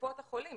בקופות החולים.